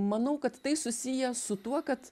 manau kad tai susiję su tuo kad